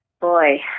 Boy